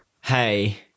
Hey